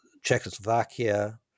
Czechoslovakia